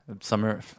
Summer